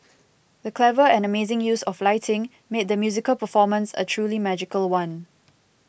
the clever and amazing use of lighting made the musical performance a truly magical one